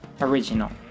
original